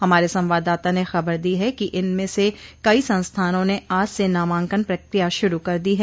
हमारे संवाददाता ने खबर दी है कि इनमें से कई संस्थानों ने आज से नामांकन प्रक्रिया शुरू कर दी है